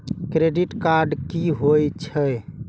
Credit card की होई छै?